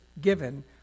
given